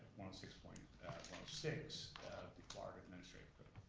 one six one six of the florida administrative code.